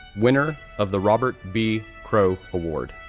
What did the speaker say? winner of the robert b. crow award,